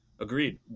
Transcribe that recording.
Agreed